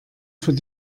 für